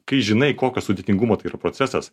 kai žinai kokio sudėtingumo tai yra procesas